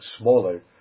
smaller